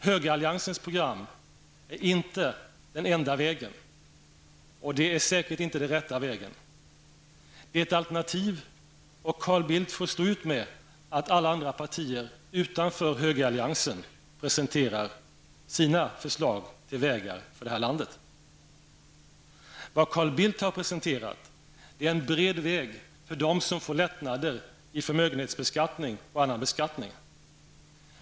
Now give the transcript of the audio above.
Högeralliansens program är inte den enda vägen, och det är säkert inte den rätta vägen. Det är ett alternativ, och Carl Bildt får stå ut med att alla andra partier utanför högeralliansen presenterar sina förslag till vägar för det här landet. Vad Carl Bildt har presenterat är en bred väg för dem som får lättnader i förmögenhetsbeskattning och annan beskattning.